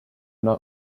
not